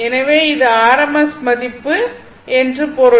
எனவே இது RMS மதிப்பு என்று பொருள்